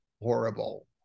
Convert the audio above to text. horrible